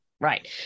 right